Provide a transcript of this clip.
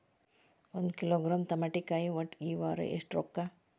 ಒಂದ್ ಕಿಲೋಗ್ರಾಂ ತಮಾಟಿಕಾಯಿ ಒಟ್ಟ ಈ ವಾರ ಎಷ್ಟ ರೊಕ್ಕಾ?